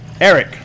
Eric